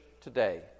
today